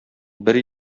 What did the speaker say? бер